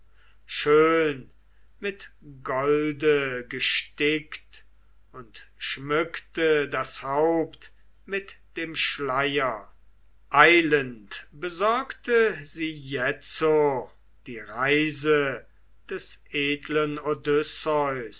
schön mit gold gestickt und schmückte das haupt mit dem schleier eilend besorgte sie jetzo die reise des edlen